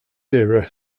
era